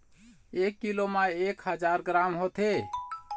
एक कीलो म एक हजार ग्राम होथे